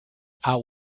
our